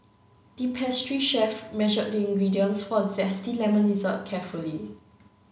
the pastry chef measured the ingredients for a zesty lemon dessert carefully